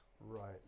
Right